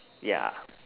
ya